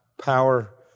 power